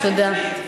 תודה.